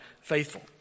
faithful